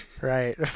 Right